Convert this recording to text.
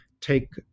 take